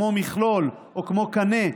כמו מכלול או כמו קנה,